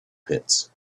pits